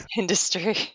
industry